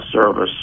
service